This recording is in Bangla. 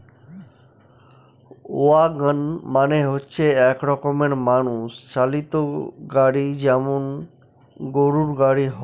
ওয়াগন মানে হচ্ছে এক রকমের মানুষ চালিত গাড়ি যেমন গরুর গাড়ি হয়